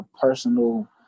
personal